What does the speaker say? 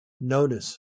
Notice